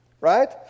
right